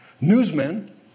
newsmen